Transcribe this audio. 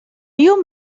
you